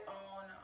on